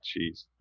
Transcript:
jeez